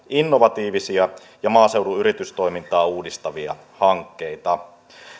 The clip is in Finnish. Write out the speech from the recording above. innovatiivisia ja maaseudun yritystoimintaa uudistavia hankkeita